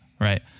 right